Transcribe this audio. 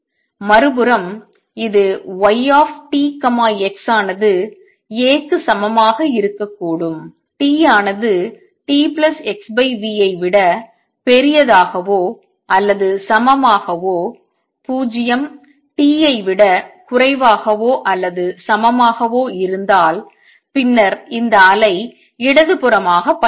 மறுபுறம் இது y t x ஆனது A க்கு சமமாக இருக்கக்கூடும் t ஆனது t x v ஐ விட பெரியதாகவோ அல்லது சமமாகவோ 0 t ஐ விட குறைவாகவோ அல்லது சமமாகவோ இருந்தால் பின்னர் இந்த அலை இடதுபுறமாக பயணிக்கும்